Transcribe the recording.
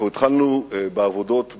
התחלנו בעבודות,